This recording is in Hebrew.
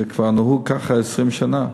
זה כבר נהוג ככה 20 שנה.